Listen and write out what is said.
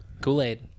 Kool-Aid